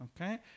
Okay